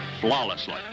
flawlessly